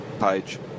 page